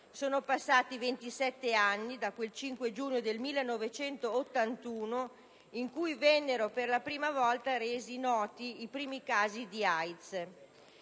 Sono passati 27 anni da quel 5 giugno del 1981, quando vennero per la prima volta resi noti i primi casi di AIDS.